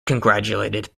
congratulated